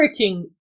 freaking